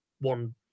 one